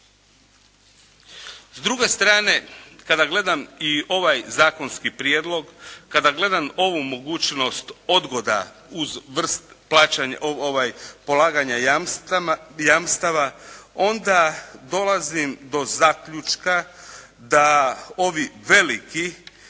S druge strane, kada gledam i ovaj zakonski prijedlog, kada gledam ovu mogućnost odgoda uz vrst polaganja jamstava, onda dolazim do zaključka da ovi veliki